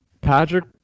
Patrick